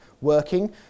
working